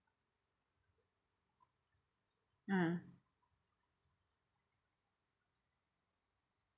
ah